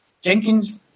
Jenkins